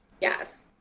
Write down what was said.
yes